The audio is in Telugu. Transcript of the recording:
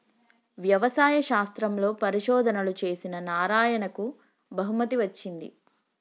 వ్యవసాయ శాస్త్రంలో పరిశోధనలు చేసిన నారాయణకు బహుమతి వచ్చింది